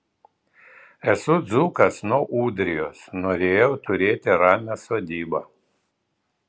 esu dzūkas nuo ūdrijos norėjau turėti ramią sodybą